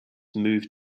moved